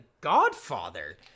Godfather